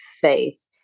faith